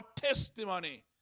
testimony